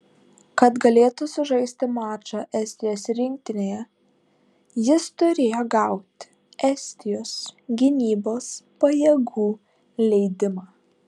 kad galėtų sužaisti mačą estijos rinktinėje jis turėjo gauti estijos gynybos pajėgų leidimą